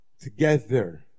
together